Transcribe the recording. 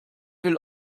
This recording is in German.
will